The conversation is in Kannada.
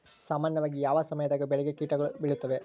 ಸಾಮಾನ್ಯವಾಗಿ ಯಾವ ಸಮಯದಾಗ ಬೆಳೆಗೆ ಕೇಟಗಳು ಬೇಳುತ್ತವೆ?